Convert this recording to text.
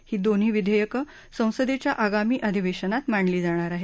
ही दोन्ही विधेयक संसदेच्या आगामी अधिवेशनात मांडली जाणार आहेत